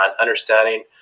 understanding